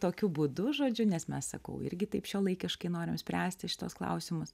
tokiu būdu žodžiu nes mes sakau irgi taip šiuolaikiškai norime spręsti šituos klausimus